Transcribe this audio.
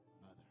mother